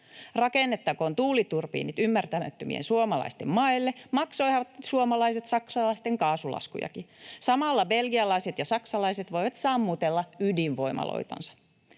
Rakennettakoon tuuliturbiinit ymmärtämättömien suomalaisten maille, maksoivathan suomalaiset saksalaisten kaasulaskujakin. Samalla belgialaiset ja saksalaiset voivat sammutella ydinvoimaloitansa.